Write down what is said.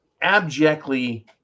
abjectly